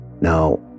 Now